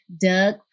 Doug